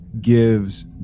gives